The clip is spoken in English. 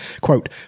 Quote